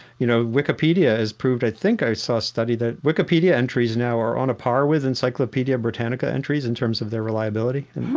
you know, wikipedia has proved i think i saw a study that wikipedia entries now are on a par with encyclopedia britannica entries in terms of their reliability,